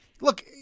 look